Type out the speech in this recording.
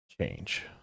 change